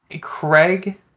Craig